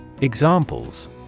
Examples